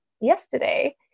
yesterday